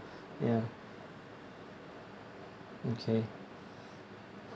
ya okay